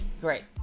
great